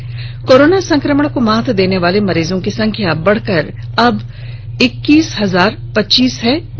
वहीं कोरोना संकमण को मात देने वाले मरीजों की संख्या बढ़कर अब इक्कीस हजार पच्चीस हो गयी है